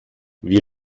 wir